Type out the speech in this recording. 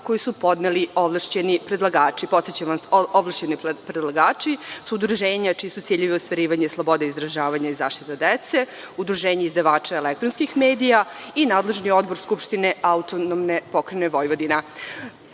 koju su podneli ovlašćeni predlagači. Podsećam vas, ovlašćeni predlagači su udruženja čiji su ciljevi ostvarivanje slobode izražavanja i zaštita dece, Udruženje izdavača elektronskih medija i nadležni odbor Skupštine AP Vojvodine.